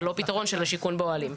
ולא פתרון של שיכון באוהלים.